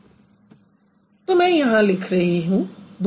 अगला सरल उदाहरण जो मैं आपको दूँगी वह है बुक तो मैं यहाँ लिख रही हूँ बुक